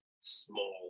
small